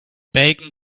bacon